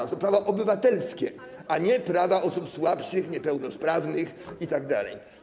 To są prawa obywatelskie, a nie prawa osób słabszych, niepełnosprawnych itd.